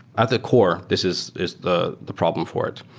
at the core, this is is the the problem for it.